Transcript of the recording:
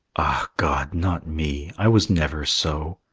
god! not me i was never so!